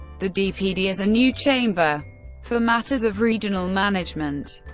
the dpd is a new chamber for matters of regional management.